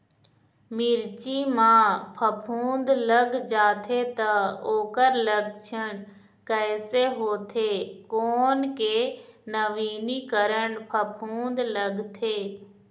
मिर्ची मा फफूंद लग जाथे ता ओकर लक्षण कैसे होथे, कोन के नवीनीकरण फफूंद लगथे?